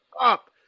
up